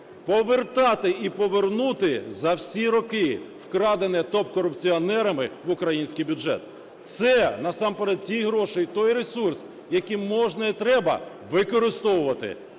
повертати і повернути за всі роки вкрадене топ-корупціонерами в український бюджет. Це насамперед ті гроші і той ресурс, який можна і треба використовувати